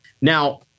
Now